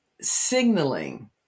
signaling